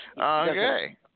Okay